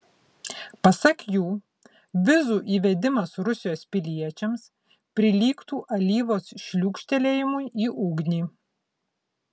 pasak jų vizų įvedimas rusijos piliečiams prilygtų alyvos šliūkštelėjimui į ugnį